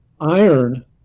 iron